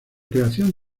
creación